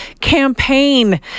campaign